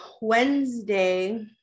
Wednesday